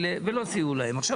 היה צריך לנהל עם בז"ן,